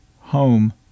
home